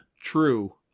true